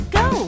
go